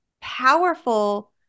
powerful